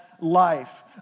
life